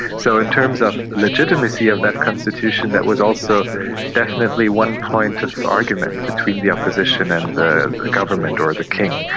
so in terms of legitimacy of that constitution that was also definitely one point of argument between the opposition and the government, or the king.